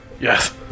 Yes